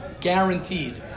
Guaranteed